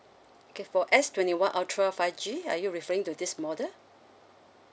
okay for S twenty one ultra five G are you referring to this model